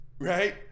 Right